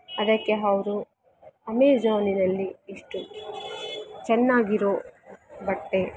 ಅದಕ್ಕೆ ಅವ್ರು ಅಮೇಝಾನಿನಲ್ಲಿ ಇಷ್ಟು ಚೆನ್ನಾಗಿರೋ ಬಟ್ಟೆ